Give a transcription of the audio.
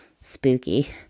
spooky